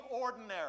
ordinary